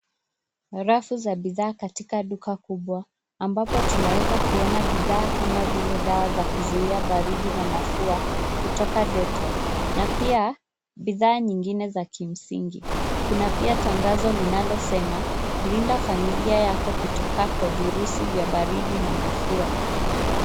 Rafu za bidhaa katika duka kubwa, ambapo tunaweza kuona bidhaa kama vile dawa za kuzuia baridi na mafua kutoka dettol , na pia bidhaa nyingine za kimsingi. Kuna pia tangazo linasema, linda familia yako kutoka kwa virusi vya baridi na mafua.